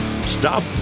Stop